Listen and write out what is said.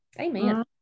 Amen